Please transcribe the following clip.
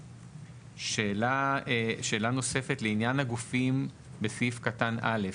שאלה נוספת לעניין הגופים בסעיף קטן א',